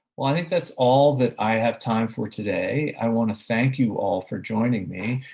well, i think that's all that i have time for today. i want to thank you all for joining me,